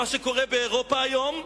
מה שקורה באירופה היום,